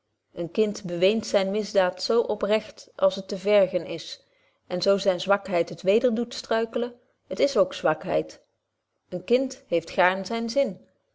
een kind beweent zyne misdaad zo oprecht als het te vergen is en zo zyne zwakheid het weder doet struikelen t is ook zwakheid een kind heeft gaarn zyn zin